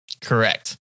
Correct